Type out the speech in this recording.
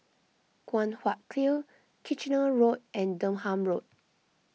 Guan Huat Kiln Kitchener Road and Durham Road